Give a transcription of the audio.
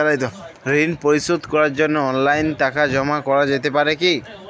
ঋন পরিশোধ করার জন্য অনলাইন টাকা জমা করা যেতে পারে কি?